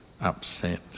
upset